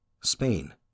Spain